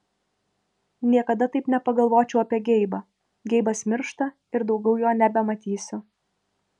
niekada taip nepagalvočiau apie geibą geibas miršta ir daugiau jo nebematysiu